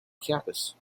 campus